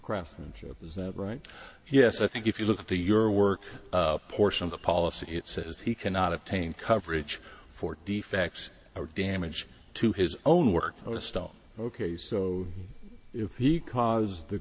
craftsmanship is that right yes i think if you look at the your work portion of the policy it says he cannot obtain coverage for defects or damage to his own work ok so if he caused the